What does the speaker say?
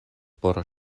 por